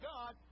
God